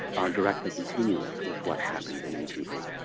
are directly continuous with what happened in ancient greece.